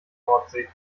nordsee